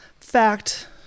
fact